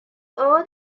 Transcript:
all